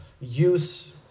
use